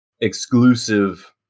exclusive